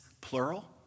plural